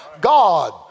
God